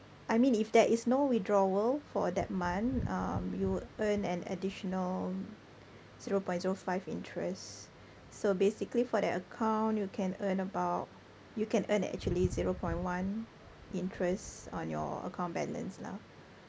I mean if there is no withdrawal for that month um you earn an additional zero point zero five interest so basically for that account you can earn about you can earn actually zero point one interest on your account balance lah